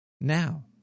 Now